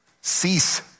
cease